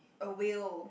a whale